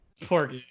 Poor